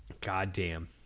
Goddamn